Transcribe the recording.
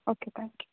okay thank you